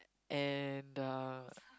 and the